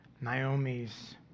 Naomi's